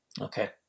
Okay